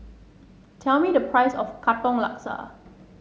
tell me the price of Katong Laksa